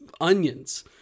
onions